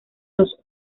los